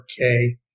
okay